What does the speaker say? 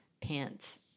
pants